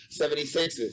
76ers